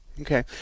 Okay